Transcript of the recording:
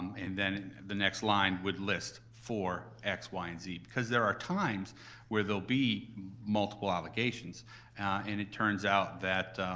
and then the next line would list, for x, y, and z. because there are times where they'll be multiple allegations and it turns out that